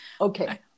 Okay